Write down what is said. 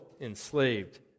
enslaved